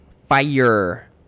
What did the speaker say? fire